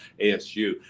ASU